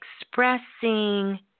expressing